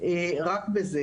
רק בזה.